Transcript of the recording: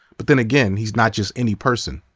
but then again, he's not just any person.